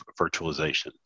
virtualization